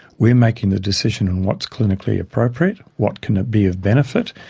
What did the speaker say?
we are making the decision on what is clinically appropriate, what can be of benefit,